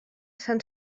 sant